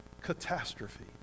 catastrophe